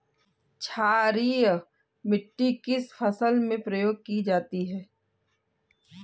क्षारीय मिट्टी किस फसल में प्रयोग की जाती है?